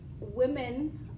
women